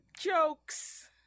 jokes